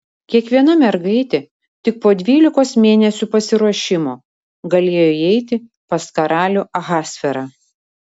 kiekviena mergaitė tik po dvylikos mėnesių pasiruošimo galėjo įeiti pas karalių ahasverą